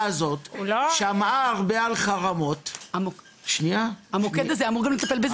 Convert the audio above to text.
הזאת שמעה הרבה על חרמות --- המוקד הזה אמור גם לטפל בזה.